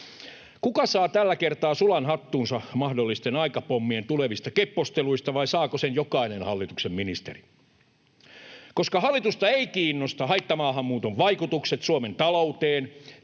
Kuka saa tällä kertaa sulan hattuunsa mahdollisten aikapommien tulevista kepposteluista, vai saako sen jokainen hallituksen ministeri? Koska hallitusta ei kiinnosta haittamaahanmuuton vaikutukset Suomen talouteen,